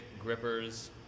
grippers